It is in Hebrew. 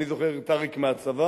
אני זוכר את אריק מהצבא,